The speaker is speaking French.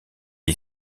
est